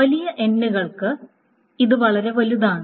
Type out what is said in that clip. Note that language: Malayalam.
വലിയ n കൾക്ക് ഇത് വളരെ വലുതാണ്